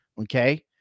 Okay